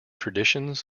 traditions